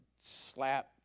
slap